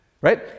right